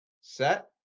Set